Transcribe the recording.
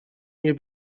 nie